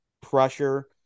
pressure